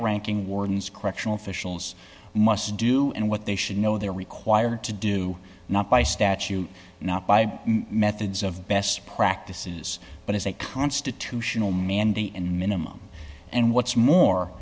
ranking wardens correctional fissionables must do and what they should know they're required to do not by statute not by methods of best practices but as a constitutional mandate and minimum and what's more